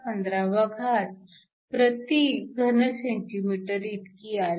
1 x 1015 cm 3 इतकी आली